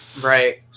Right